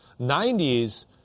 90s